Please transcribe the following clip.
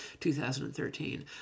2013